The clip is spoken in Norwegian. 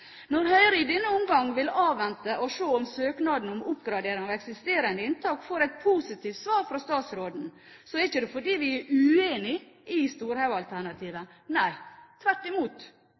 Når Høyre i denne omgang vil avvente og se om søknaden om oppgradering av eksisterende inntak får et positivt svar fra statsråden, er det ikke fordi vi er uenig i Storhaugen-alternativet – nei, tvert imot.